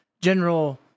general